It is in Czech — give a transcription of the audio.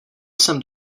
jsem